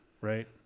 Right